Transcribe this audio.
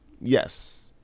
Yes